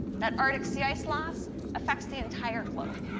that arctic sea ice loss affects the entire globe.